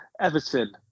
Everton